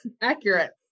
Accurate